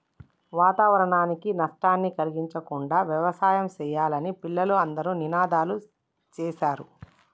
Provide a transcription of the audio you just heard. వాతావరణానికి నష్టాన్ని కలిగించకుండా యవసాయం సెయ్యాలని పిల్లలు అందరూ నినాదాలు సేశారు